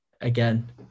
again